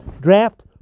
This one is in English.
draft